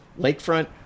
Lakefront